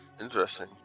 Interesting